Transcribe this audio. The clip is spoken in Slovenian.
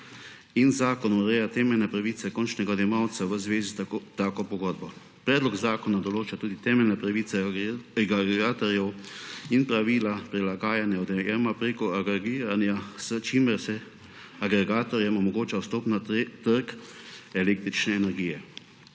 in zakon ureja temeljne pravice končnega odjemalca v zvezi s tako pogodbo. Predlog zakona določa tudi temeljne pravice agregatorjev in pravila prilagajanja odjema preko agregiranja, s čimer se agregatorjem omogoča vstop na trg električne energije.